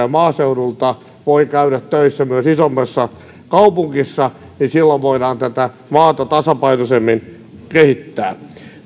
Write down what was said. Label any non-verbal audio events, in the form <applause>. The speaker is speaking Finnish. <unintelligible> ja maaseudulta voi käydä töissä myös isommassa kaupungissa silloin voidaan tätä maata tasapainoisemmin kehittää